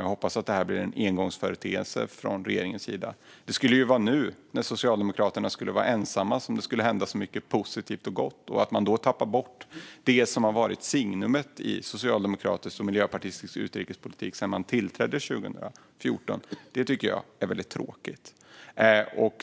Jag hoppas att det blir en engångsföreteelse från regeringens sida. Det var ju nu när Socialdemokraterna är ensamma som det skulle hända så mycket positivt och gott. Att man då tappar bort det som har varit signumet i socialdemokratisk och miljöpartistisk utrikespolitik sedan man tillträdde 2014 tycker jag är väldigt tråkigt.